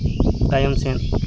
ᱛᱟᱭᱚᱢ ᱥᱮᱫ